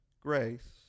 grace